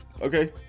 Okay